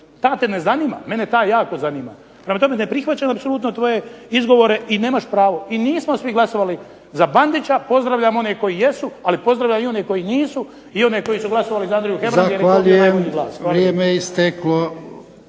Ta te ne zanima, mene ta jako zanima. Prema tome, ne prihvaćam apsolutno tvoje izgovore i nemaš pravo i nismo svi glasovali za Bandića, pozdravljam one koji jesu ali pozdravljam i one koji nisu i oni koji su glasovali za Andriju Hebranga ... /Govornik se ne